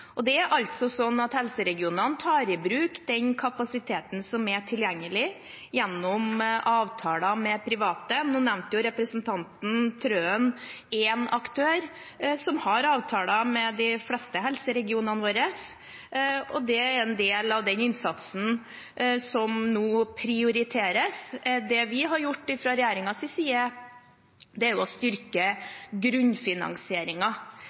Det er sånn at helseregionene tar i bruk den kapasiteten som er tilgjengelig, gjennom avtaler med private. Nå nevnte representanten Trøen én aktør som har avtaler med de fleste helseregionene våre. Det er en del av den innsatsen som nå prioriteres. Det vi har gjort fra regjeringens side, er å